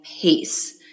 pace